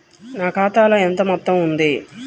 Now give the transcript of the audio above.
నా ఖాతాలో ఎంత మొత్తం ఉంది?